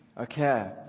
okay